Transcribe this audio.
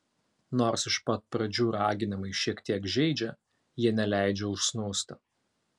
nors iš pat pradžių raginimai šiek tiek žeidžia jie neleidžia užsnūsti